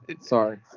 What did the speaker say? sorry